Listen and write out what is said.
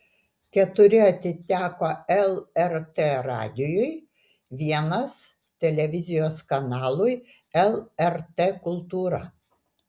keturi atiteko lrt radijui vienas televizijos kanalui lrt kultūra